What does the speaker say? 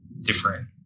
different